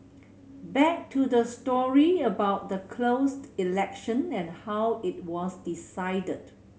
back to the story about the closed election and how it was decided